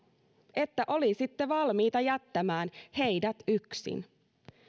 että olisitte valmiita jättämään heidät yksin